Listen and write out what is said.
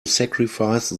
sacrifice